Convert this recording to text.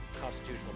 constitutional